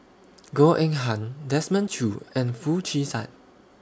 Goh Eng Han Desmond Choo and Foo Chee San